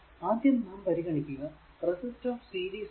ആദ്യം നാംപരിഗണിക്കുക resistor series ആണ്